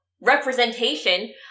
representation